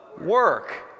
work